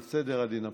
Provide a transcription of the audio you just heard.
על סדר הדין הפלילי.